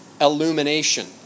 illumination